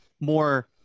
more